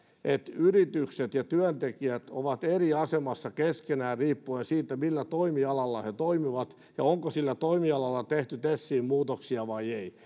yritykset ja työntekijät ovat eri asemassa keskenään riippuen siitä millä toimialalla he toimivat ja onko sillä toimialalla tehty tesiin muutoksia vai ei